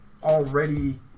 Already